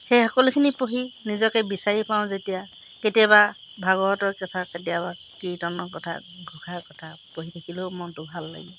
সেই সকলোখিনি পঢ়ি নিজকে বিচাৰি পাওঁ যেতিয়া কেতিয়াবা ভাগৱতৰ কথা কেতিয়াবা কীৰ্তনৰ কথা ঘোষাৰ কথা পঢ়ি থাকিলেও মনটো ভাল লাগে